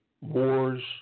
wars